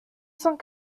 cent